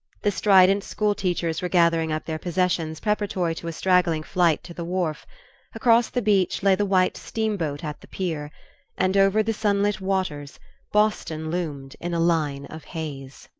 the strident school-teachers were gathering up their possessions preparatory to a straggling flight to the wharf across the beach lay the white steam-boat at the pier and over the sunlit waters boston loomed in a line of haze.